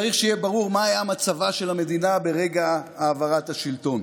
צריך שיהיה ברור מה היה מצבה של המדינה ברגע העברת השלטון.